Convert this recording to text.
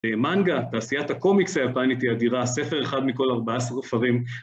"מנגה" - תעשיית הקומיקס היפנית - היא אדירה, ספר אחד מכל ארבעה ספרים.